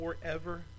forever